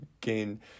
gain